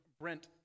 Brent